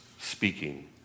speaking